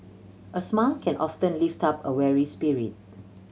a smile can often lift up a weary spirit